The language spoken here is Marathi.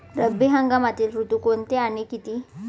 रब्बी हंगामातील ऋतू कोणते आणि किती?